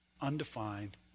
Undefined